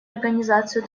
организацию